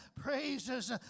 praises